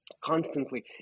constantly